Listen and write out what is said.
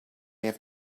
have